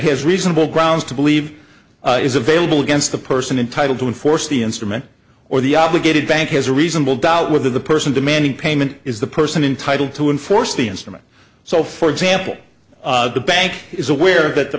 has reasonable grounds to believe is available against the person entitled to enforce the instrument or the obligated bank has a reasonable doubt whether the person demanding payment is the person entitle to enforce the instrument so for example the bank is aware that the